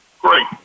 great